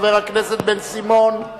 חבר הכנסת בן-סימון.